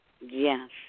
Yes